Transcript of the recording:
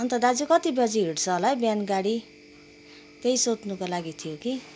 अन्त दाजु कति बजी हिँड्छ होला है बिहान गाडी त्यही सोध्नुको लागि थियो कि